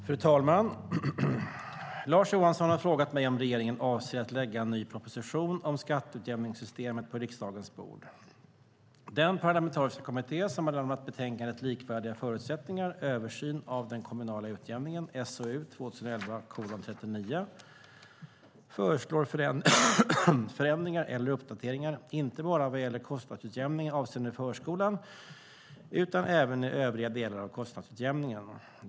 Fru talman! Lars Johansson har frågat mig om regeringen avser att lägga en ny proposition om skatteutjämningssystemet på riksdagens bord. Den parlamentariska kommitté som har lämnat betänkandet Likvärdiga förutsättningar - Översyn av den kommunala utjämningen föreslår förändringar eller uppdateringar inte bara vad gäller kostnadsutjämning avseende förskolan utan även i övriga delar av kostnadsutjämningen.